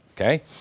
okay